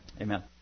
Amen